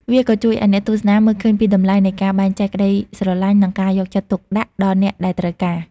វាក៏ជួយឲ្យអ្នកទស្សនាមើលឃើញពីតម្លៃនៃការបែងចែកក្ដីស្រឡាញ់ និងការយកចិត្តទុកដាក់ដល់អ្នកដែលត្រូវការ។